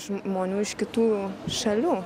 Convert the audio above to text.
žmonių iš kitų šalių